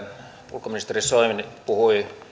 ulkoministeri soini puhui